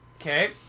Okay